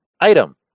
Item